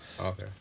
okay